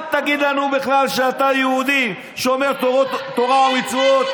אל תגיד לנו בכלל שאתה יהודי שומר תורה ומצוות,